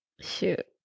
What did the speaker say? shoot